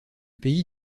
pays